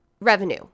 revenue